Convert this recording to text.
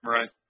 Right